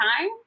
time